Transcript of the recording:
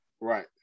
Right